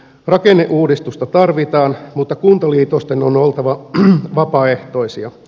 rakenneuudistusta tarvitaan mutta kuntaliitosten on oltava vapaaehtoisia